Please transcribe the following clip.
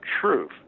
truth